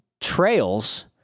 trails